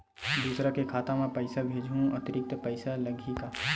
दूसरा के खाता म पईसा भेजहूँ अतिरिक्त पईसा लगही का?